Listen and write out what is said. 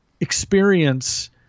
experience